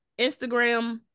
Instagram